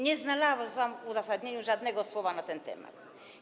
Nie znalazłam w uzasadnieniu żadnego słowa na ten temat.